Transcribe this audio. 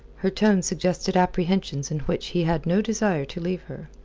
her tone suggested apprehensions in which he had no desire to leave her.